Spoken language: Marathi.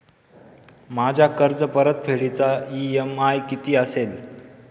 माझ्या कर्जपरतफेडीचा इ.एम.आय किती असेल?